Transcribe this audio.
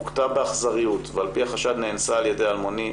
הוכתה באכזריות ועל פי החשד נאנסה על ידי אלמוני,